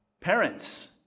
Parents